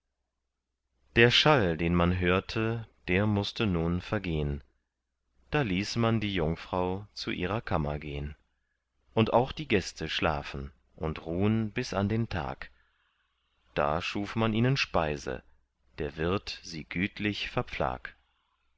der schall den man hörte der mußte nun vergehn da ließ man die jungfrau zu ihrer kammer gehn und auch die gäste schlafen und ruhn bis an den tag da schuf man ihnen speise der wirt sie gütlich verpflag